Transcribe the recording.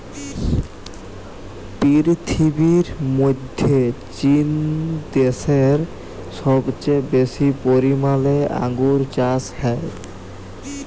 পীরথিবীর মধ্যে চীন দ্যাশে সবচেয়ে বেশি পরিমালে আঙ্গুর চাস হ্যয়